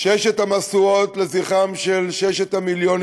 שש המשואות לזכרם של ששת המיליונים